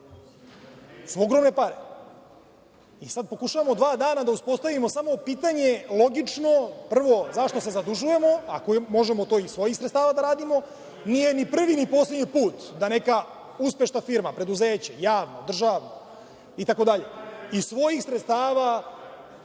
su ogromne pare. Sad pokušavamo dva dana da uspostavimo samo pitanje logično prvo, zašto se zadužujemo ako možemo to i iz svojih sredstava da radimo? Nije ni prvi, ni poslednji put da neka uspešna firma, preduzeće javno, državno itd, iz svojih sredstava